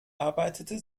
arbeitete